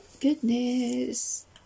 goodness